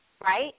Right